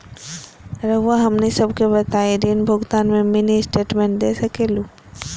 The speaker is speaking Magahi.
रहुआ हमनी सबके बताइं ऋण भुगतान में मिनी स्टेटमेंट दे सकेलू?